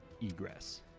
egress